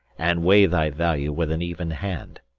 and weigh thy value with an even hand.